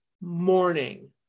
morning